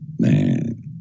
Man